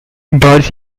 birds